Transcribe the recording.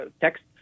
text